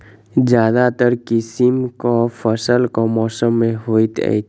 ज्यादातर किसिम केँ फसल केँ मौसम मे होइत अछि?